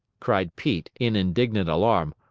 cried pete, in indignant alarm.